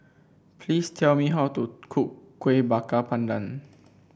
please tell me how to cook Kueh Bakar Pandan